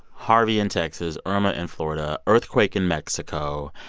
harvey in texas, irma in florida, earthquake in mexico.